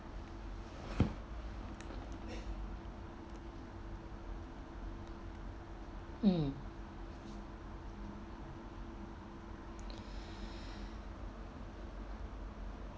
mm